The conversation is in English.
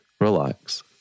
relax